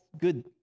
good